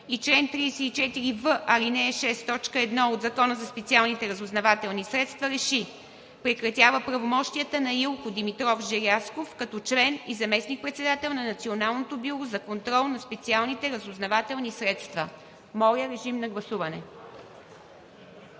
и чл. 34в, ал. 6, т. 1 от Закона за специалните разузнавателни средства РЕШИ: Прекратява правомощията на Илко Димитров Желязков, като член и заместник-председател на Националното бюро за контрол на специалните разузнавателни средства.“ Моля, режим на гласуване.